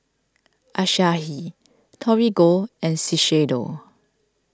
Asahi Torigo and Shiseido